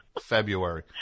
February